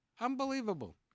Unbelievable